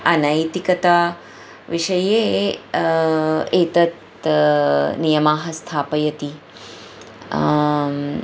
अनैतिकता विषये एतत् नियमाः स्थापयति